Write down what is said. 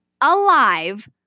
alive